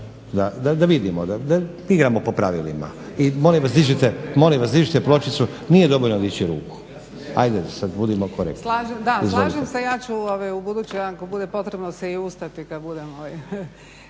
da vidimo da igramo po pravilima. I molim vas dižite pločicu, nije dovoljno dići ruku. Ajde sad, budimo korektni. **Kosor, Jadranka (Nezavisni)** Da, slažem se. Ja ću ubuduće ako bude potrebno se i ustati kad budem